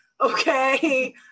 Okay